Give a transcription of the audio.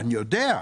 אני יודע.